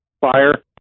fire